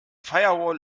firewall